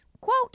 quote